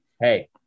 Hey